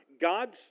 God's